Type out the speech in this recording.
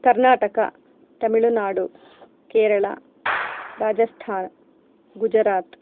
कर्नाटकः तमिळुनाडु केरळा राजस्थान् गुजरात्